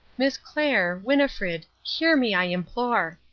miss clair winnifred hear me, i implore!